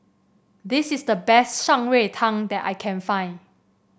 this is the best Shan Rui Tang that I can find